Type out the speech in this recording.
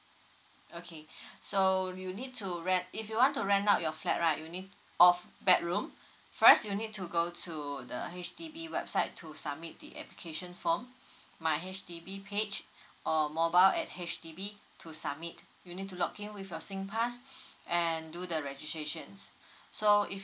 okay so you need to rent if you want to rent out your fliat right you need of bedroom first you need to go to the H_D_B website to submit the application form my H_D_B page or mobile at H_D_B to submit you need to lock came with your locking pass and do the registrations so if